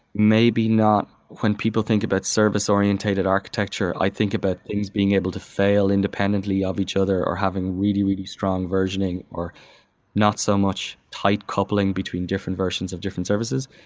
maybe not when people think about service orientated architecture, i think about things being able to fail independently of each other or having really, really strong versioning, or not so much tight coupling between different versions of different services.